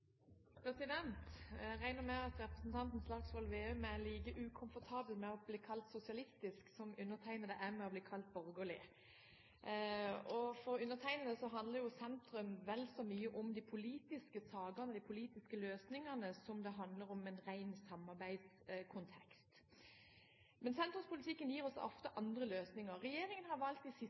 Slagsvold Vedum er like ukomfortabel med å bli kalt sosialistisk som jeg er med å bli kalt borgerlig. For meg handler sentrum vel så mye om de politiske sakene og de politiske løsningene som det handler om en ren samarbeidskontekst. Sentrumspolitikken gir oss ofte andre løsninger. Regjeringen har de siste årene valgt å